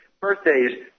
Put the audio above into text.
birthdays